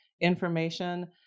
information